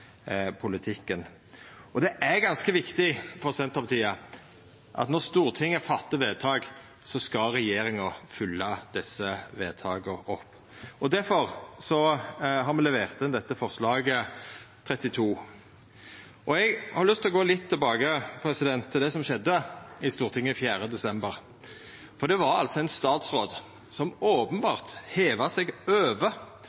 Det er ganske viktig for Senterpartiet at når Stortinget gjer vedtak, skal regjeringa følgja desse vedtaka opp. Difor har me levert forslag nr. 32. Eg har lyst til å gå litt tilbake til det som skjedde i Stortinget den 4. desember: Det var altså ein statsråd, som